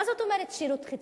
מה זאת אומרת "שירות חיצוני"?